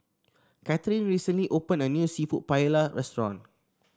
Katherin recently opened a new seafood Paella restaurant